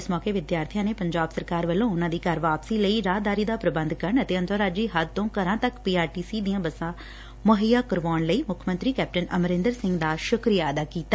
ਇਸ ਮੌਕੇ ਵਿਦਿਆਰਬੀਆਂ ਨੇ ਪੰਜਾਬ ਸਰਕਾਰ ਵੱਲੋਂ ਉਨੂਾਂ ਦੀ ਘਰ ਵਾਪਸੀ ਲਈ ਰਾਹਦਾਰੀ ਦਾ ਪ੍ਰਬੰਧ ਕਰਨ ਅਤੇ ਅੰਤਰਰਾਜੀ ਹੱਦ ਤੋਂ ਘਰਾਂ ਤੱਕ ਪੀਆਰਟੀਸੀ ਦੀਆਂ ਬੱਸਾਂ ਮੁਹਈਆ ਕਰਵਾਊਣ ਲਈ ਮੁੱਖ ਮੰਤਰੀ ਕੈਪਟਨ ਅਮਰਿੰਦਰ ਸਿੰਘ ਦਾ ਧੰਨਵਾਦ ਕੀਤਾ